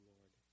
Lord